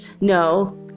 no